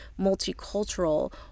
multicultural